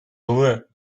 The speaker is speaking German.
ruhe